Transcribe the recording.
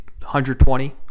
$120